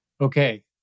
Okay